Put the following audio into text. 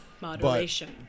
moderation